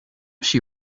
she